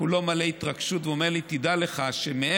כולו מלא התרגשות, והוא אומר לי: תדע לך שמעבר,